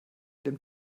dem